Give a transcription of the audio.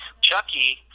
Chucky